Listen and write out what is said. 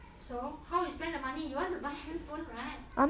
so how you spend the money you want to buy handphone right